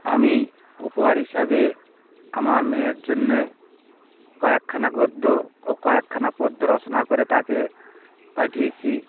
আমি উপহার হিসাবে আমার মেয়ের জন্যে কয়েক খানা গদ্য ও কয়েক খানা পদ্য রচনা করে তাকে পাঠিয়েছি